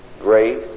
Grace